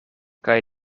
kaj